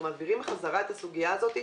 ולכן אנחנו מעבירים חזרה את סוגיה הזאת.